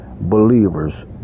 believers